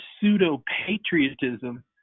pseudo-patriotism